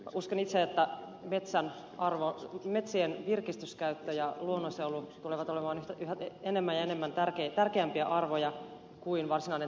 uskon itse että metsien virkistyskäyttö ja luonnonsuojelu tulevat olemaan yhä enemmän ja enemmän tärkeämpiä arvoja kuin varsinainen talouskäyttö